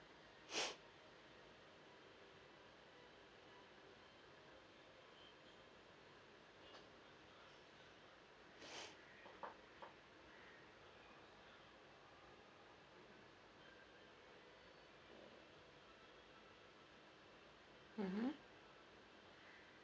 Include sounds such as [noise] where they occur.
[noise] mmhmm